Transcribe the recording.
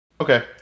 Okay